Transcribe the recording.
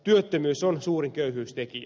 työttömyys on suurin köyhyystekijä